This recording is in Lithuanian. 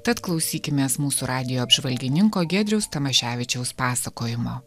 tad klausykimės mūsų radijo apžvalgininko giedriaus tamaševičiaus pasakojimo